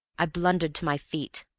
i blundered to my feet.